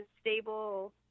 stable